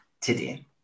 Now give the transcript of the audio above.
today